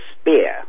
spear